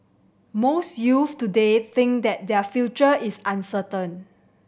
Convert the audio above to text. most youths today think that their future is uncertain